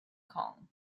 kong